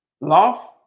love